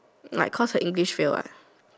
like cause her English fail ah